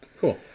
cool